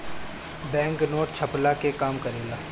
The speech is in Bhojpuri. बैंक नोट छ्पला के काम करेला